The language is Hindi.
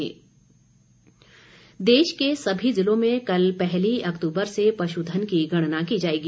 पशुधन देश के सभी ज़िलों में कल पहली अक्तूबर से पशुधन की गणना की जाएगी